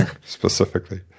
specifically